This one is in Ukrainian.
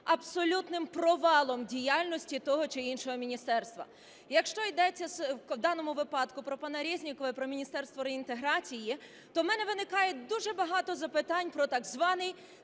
абсолютним провалом діяльності того чи іншого міністерства. Якщо йдеться в даному випадку про пана Резнікова і про Міністерство реінтеграції, то у мене виникає дуже багато запитань про так званий